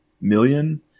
million